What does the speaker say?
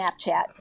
Snapchat